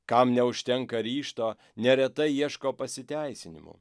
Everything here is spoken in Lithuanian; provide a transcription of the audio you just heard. kam neužtenka ryžto neretai ieško pasiteisinimų